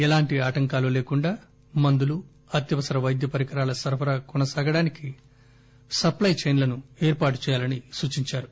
ఎలాంటి ఆటంకాలు లేకుండా మందులు అత్యవసర వైద్య పరికరాల సరఫరా సాగడానికి సప్లి చైన్లను ఏర్పాటు చేయాలని సూచించారు